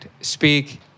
speak